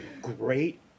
great